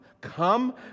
come